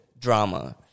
drama